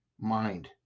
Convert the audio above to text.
mind